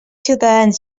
ciutadans